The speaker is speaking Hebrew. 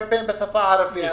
קמפיין בשפה הערבית,